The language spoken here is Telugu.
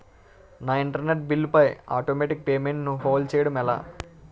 నా ఇంటర్నెట్ బిల్లు పై ఆటోమేటిక్ పేమెంట్ ను హోల్డ్ చేయటం ఎలా?